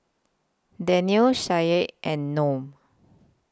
Daniel Syah and Noh